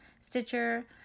Stitcher